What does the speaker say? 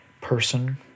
person